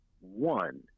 one